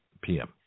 PM